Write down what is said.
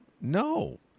No